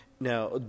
Now